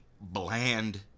bland